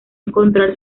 encontrar